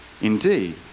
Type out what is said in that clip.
indeed